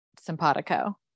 simpatico